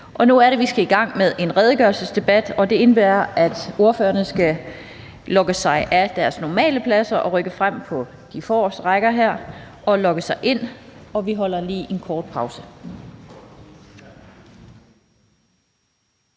vi skal i gang med en redegørelsesdebat. Det indebærer, at ordførerne skal logge sig af på deres normale pladser og rykke frem på de forreste rækker her og logge sig ind, og vi holder lige en kort pause.